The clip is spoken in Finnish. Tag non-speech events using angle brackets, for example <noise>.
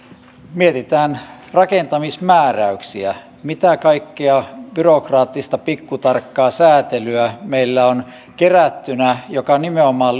mietitään rakentamismääräyksiä mitä kaikkea byrokraattista pikkutarkkaa säätelyä meillä on kerättynä joka nimenomaan <unintelligible>